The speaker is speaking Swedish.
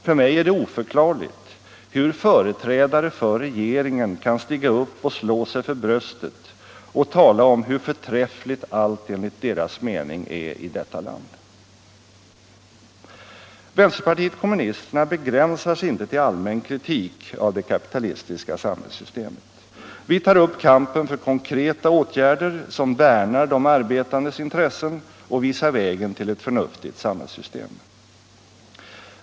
För mig är det oförklarligt hur företrädare för regeringen kan stiga upp och slå sig för bröstet och tala om hur förträffligt allt enligt deras mening är i detta land. Vänsterpartiet kommunisterna begränsar sig inte till allmän kritik av det kapitalistiska samhällssystemet. Vi tar upp kampen för konkreta åt gärder som värnar om de arbetandes intressen och visar vägen till ett förnuftigt samhällssystem.